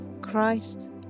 Christ